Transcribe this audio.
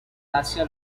hacia